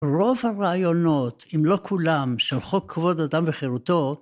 רוב הרעיונות, אם לא כולם, של חוק כבוד אדם וחירותו